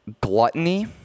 gluttony